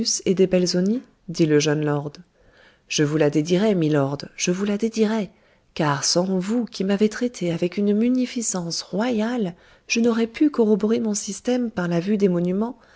et des belzoni dit le jeune lord je vous la dédierai milord je vous la dédierai car sans vous qui m'avez traité avec une munificence royale je n'aurais pu corroborer mon système par la vue des monuments